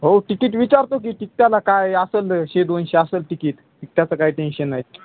हो तिकीट विचारतो की ठीक त्याला काय असंल शे दोनशे असंल तिकीट तिकटाचं काय टेन्शन नाही